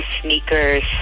sneakers